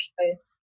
space